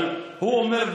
אבל הוא אומר,